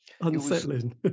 Unsettling